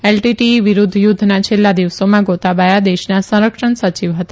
LTTE વિરૂધ્ધ યુધ્ધના છેલ્લા દિવસોમાં ગોતાબાથા દેશના સંરક્ષણ સચિવ હતા